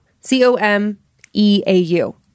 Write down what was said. C-O-M-E-A-U